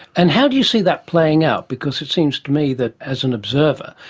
and how do you see that playing out, because it seems to me that as an observer,